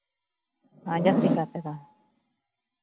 ᱟᱨ ᱡᱟᱹᱥᱛᱤ ᱠᱟᱨ ᱛᱮᱫᱚ